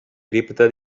cripta